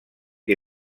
que